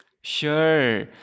Sure